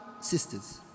sisters